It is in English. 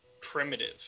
primitive